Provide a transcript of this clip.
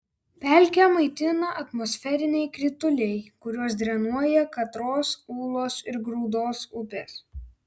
pelkę maitina atmosferiniai krituliai kuriuos drenuoja katros ūlos ir grūdos upės